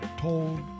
told